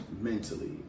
mentally